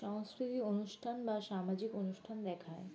সাংস্কৃতিক অনুষ্ঠান বা সামাজিক অনুষ্ঠান দেখায়